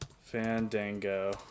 Fandango